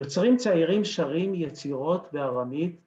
‫יוצרים צעירים, שרים, יצירות בארמית.